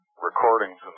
recordings